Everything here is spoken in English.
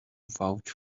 vouch